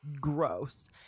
gross